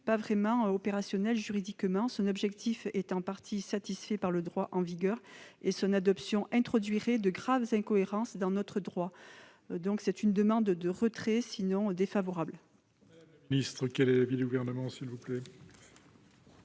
pas vraiment opérationnelle juridiquement. Son objectif est en partie satisfait par le droit en vigueur et son adoption introduirait de graves incohérences dans notre droit. La commission spéciale demande donc le